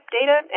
data